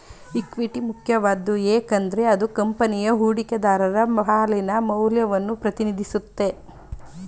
equity ಮುಖ್ಯವಾದ್ದು ಏಕೆಂದ್ರೆ ಅದು ಕಂಪನಿಯ ಹೂಡಿಕೆದಾರರ ಪಾಲಿನ ಮೌಲ್ಯವನ್ನ ಪ್ರತಿನಿಧಿಸುತ್ತೆ